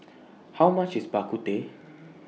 How much IS Bak Kut Teh